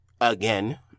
again